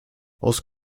aus